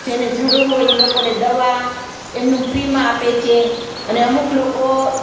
જેને જરૂર હોય એ લોકોને દવા એમનું ફ્રીમાં આપે છે અને અમુક લોકો